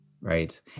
right